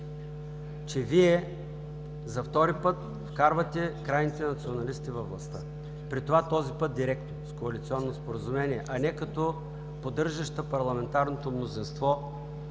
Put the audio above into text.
че Вие за втори път вкарвате крайните националисти във властта, при това този път директно с коалиционно споразумение, а не като поддържаща парламентарното мнозинство